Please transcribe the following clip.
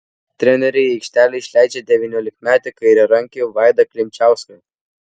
treneriai į aikštelę išleidžia devyniolikmetį kairiarankį vaidą klimčiauską